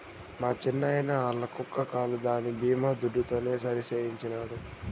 మా చిన్నాయిన ఆల్ల కుక్క కాలు దాని బీమా దుడ్డుతోనే సరిసేయించినాడు